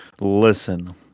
Listen